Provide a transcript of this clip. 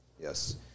yes